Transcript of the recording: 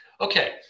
Okay